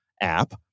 app